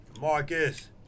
Marcus